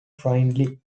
findlay